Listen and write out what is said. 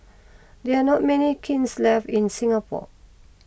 there are not many kilns left in Singapore